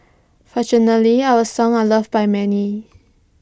fortunately our songs are loved by many